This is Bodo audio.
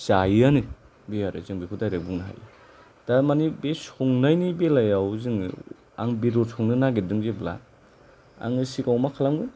जायोआनो बे आरो जों बेखौ डायरेक्ट बुंनो हायो दा मानि बे संनायनि बेलायाव जोङो आं बेदर संनो नागेरदों जेब्ला आङो सिगाङाव मा खालामो